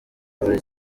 buri